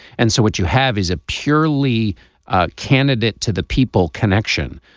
and so what you have is a purely ah candidate to the people connection.